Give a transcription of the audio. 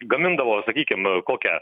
gamindavo sakykim e kokią